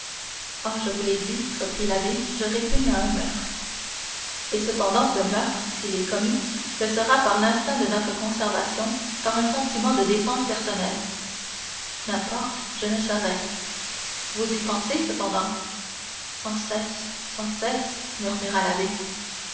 ah je vous l'ai dit reprit l'abbé je répugne à un meurtre et cependant ce meurtre s'il est commis le sera par l'instinct de notre conservation par un sentiment de défense personnelle n'importe je ne saurais vous y pensez cependant sans cesse sans cesse murmura l'abbé